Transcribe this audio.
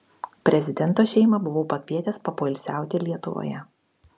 prezidento šeimą buvau pakvietęs papoilsiauti lietuvoje